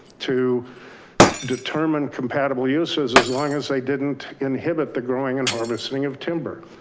to determine compatible uses as long as they didn't inhibit the growing and harvesting of timber.